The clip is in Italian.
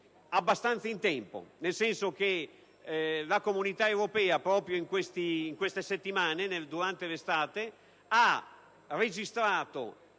abbastanza in tempo, nel senso che la Comunità europea proprio in queste settimane, nel corso dell'estate, ha registrato